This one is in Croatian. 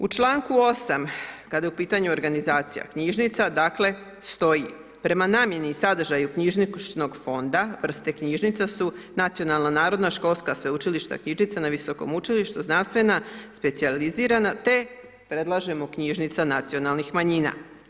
U čl. 8. kad je u pitanju organizacija knjižnica, dakle stoji, prema namjeni i sadržaju knjižničnog fonda vrste knjižnica su nacionalna, narodna, školska, sveučilišna knjižnica na visokom učilištu, znanstvena, specijalizirana, te predlažemo knjižnica nacionalnih manjina.